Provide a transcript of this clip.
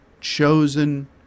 chosen